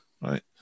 right